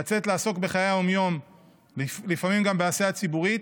לצאת לעסוק בחיי היום-יום ולפעמים גם בעשייה ציבורית,